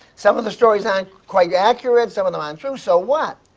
some of the stories aren't quite accurate, some of them aren't true, so what?